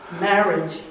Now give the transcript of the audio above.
marriage